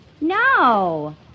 No